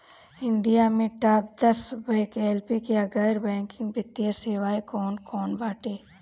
India में top दस वैकल्पिक या गैर बैंकिंग वित्तीय सेवाएं कौन कोन बाटे?